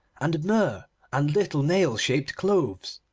and myrrh and little nail-shaped cloves.